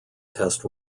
test